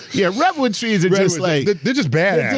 yeah redwood trees are just like. they're just badasses.